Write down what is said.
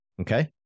Okay